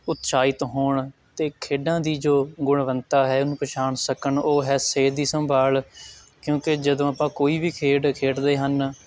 ਉਤਸ਼ਾਹਿਤ ਹੋਣ ਅਤੇ ਖੇਡਾਂ ਦੀ ਜੋ ਗੁਣਵੱਤਾ ਹੈ ਉਹਨੂੰ ਪਛਾਣ ਸਕਣ ਉਹ ਹੈ ਸਿਹਤ ਦੀ ਸੰਭਾਲ ਕਿਉਂਕਿ ਜਦੋਂ ਆਪਾਂ ਕੋਈ ਵੀ ਖੇਡ ਖੇਡਦੇ ਹਨ